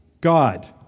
God